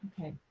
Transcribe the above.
okay